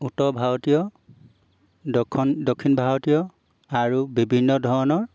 উত্তৰ ভাৰতীয় দক্ষণ দক্ষিণ ভাৰতীয় আৰু বিভিন্ন ধৰণৰ